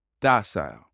Docile